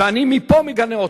ואני מפה מגנה אותם.